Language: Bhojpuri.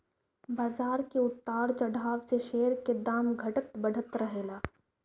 बाजार के उतार चढ़ाव से शेयर के दाम घटत बढ़त रहेला